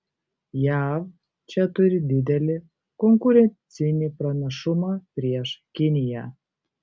jav čia turi didelį konkurencinį pranašumą prieš kiniją